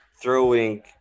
throwing